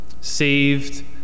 Saved